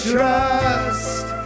Trust